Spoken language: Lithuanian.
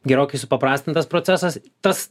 gerokai supaprastintas procesas tas